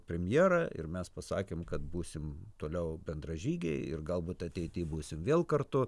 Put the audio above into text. premjerą ir mes pasakėm kad būsim toliau bendražygiai ir galbūt ateity būsim vėl kartu